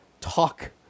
talk